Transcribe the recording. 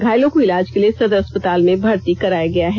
घायलों को इलाज के लिए सदर अस्पताल में भर्त्ती कराया गया है